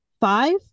five